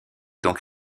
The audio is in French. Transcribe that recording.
donc